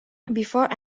before